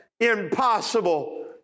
impossible